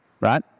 right